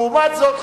לעומת זאת,